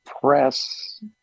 press